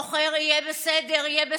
מוכר: יהיה בסדר, יהיה בסדר.